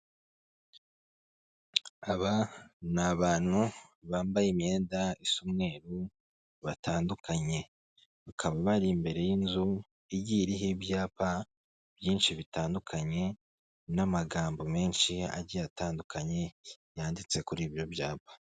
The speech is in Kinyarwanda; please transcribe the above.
Aba ni abantu bambaye imyenda isa umweru batandukanye, bakaba bari imbere y'inzu igiye iriho ibyapa byinshi bitandukanye n'amagambo menshi agiye atandukanye yanditse kuri ibyo byapa.